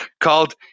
called